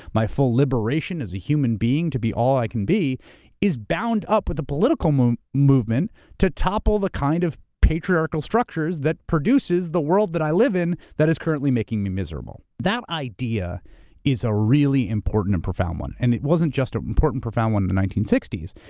my full liberation as a human being to be all i can be is bound up with the political um movement to topple the kind of patriarchal structures that produces the world that i live in, that is currently making me miserable. that idea is a really important and profound one. and it wasn't just an important profound one in the nineteen sixty s,